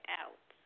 out